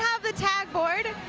ah the tag board,